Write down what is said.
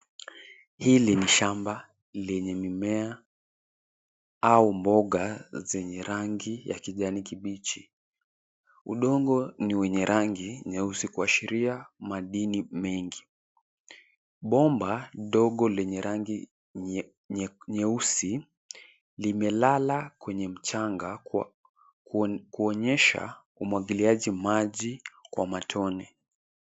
Hili ni shamba lenye mimea au mboga zenye rangi ya kijani kibichi udongo ni wenye rangi nyeusi kuashiria madini mengi. Bomba ndogo lenye rangi nyeusi limelala kwenye mchanga kuonyesha umwagiliaji maji kwa matone.